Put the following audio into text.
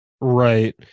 right